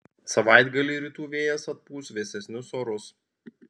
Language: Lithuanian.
savaitgalį rytų vėjas atpūs vėsesnius orus